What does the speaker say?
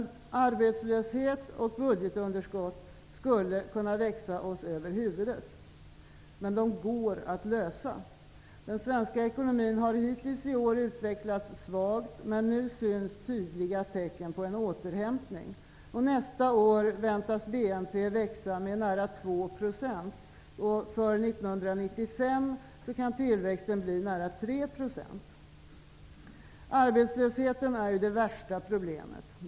Arbetslöshet och budgetunderskott skulle kunna växa oss över huvudet. Men de problemen går att lösa. Den svenska ekonomin har hittills i år utvecklats svagt, men nu syns tydliga tecken på en återhämtning. Nästa år väntas BNP växa med nära 2 %, och för 1995 kan tillväxten bli nära 3 %. Arbetslösheten är det värsta problemet.